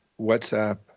WhatsApp